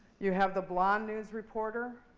you have the blonde news reporter.